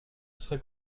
serai